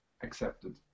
accepted